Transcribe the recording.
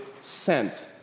sent